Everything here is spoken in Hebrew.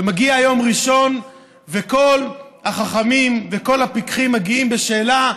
ומגיע יום ראשון וכל החכמים וכל הפיקחים מגיעים בשאלה: